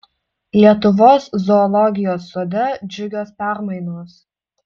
lietuvos zoologijos sode džiugios permainos